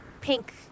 pink